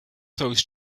throws